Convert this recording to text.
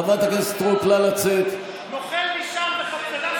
חברת הכנסת סטרוק, נא לצאת.